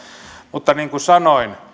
mutta niin kuin sanoin